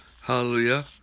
hallelujah